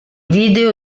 video